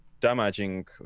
damaging